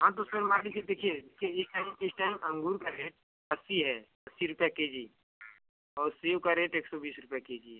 हाँ तो सर मान लीजिए देखिए कि इस टाइम इस टाइम अँगूर का रेट अस्सी है अस्सी रुपया के जी और सेब का रेट एक सौ बीस रुपया के जी है